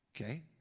okay